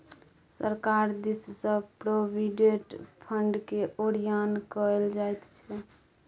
सरकार दिससँ प्रोविडेंट फंडकेँ ओरियान कएल जाइत छै